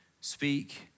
speak